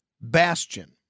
bastion